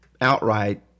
outright